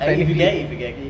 and if you get it you get it